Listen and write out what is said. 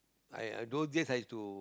I don't yes I have to